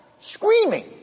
screaming